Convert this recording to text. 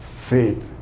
faith